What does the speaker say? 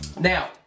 Now